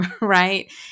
right